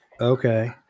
Okay